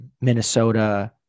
Minnesota